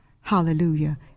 hallelujah